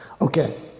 Okay